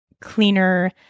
cleaner